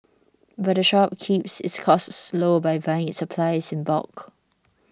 but the shop keeps its costs low by buying its supplies in bulk